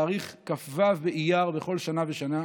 בתאריך כ"ו באייר בכל שנה ושנה.